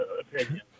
opinion